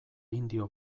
indio